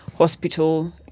hospital